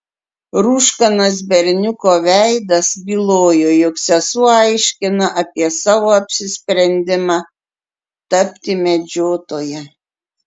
rūškanas berniuko veidas bylojo jog sesuo aiškina apie savo apsisprendimą tapti medžiotoja